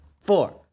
four